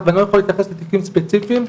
ואני לא יכול להתייחס לתיקים ספציפיים,